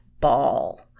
ball